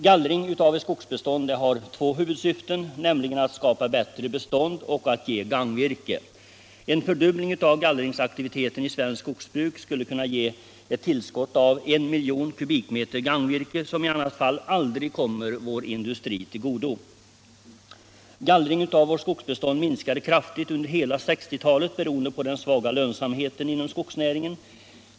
Gallring i ett skogsbestånd har två huvudsyften, nämligen att skapa bättre bestånd och att ge gagnvirke. En fördubbling av gallringsaktiviteten i svenskt skogsbruk skulle kunna ge ett tillskott av I miljon kubikmeter gagnvirke, som i annat fall aldrig kommer vår industri till godo. Gallringen av vårt skogsbestånd minskade kraftigt under hela 1960 talet beroende på den svaga lönsamheten inom skogsnäringen.